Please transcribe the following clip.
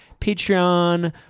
Patreon